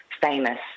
famous